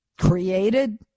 created